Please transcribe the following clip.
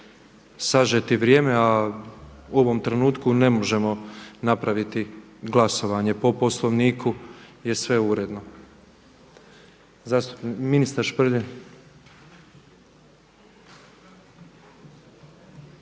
sažeti vrijeme a u ovom trenutku ne možemo napraviti glasovanje, po Poslovniku je sve uredno.